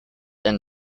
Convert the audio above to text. and